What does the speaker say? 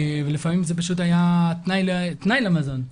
ולפעמים זה פשוט היה תנאי למזון.